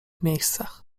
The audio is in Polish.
miejscach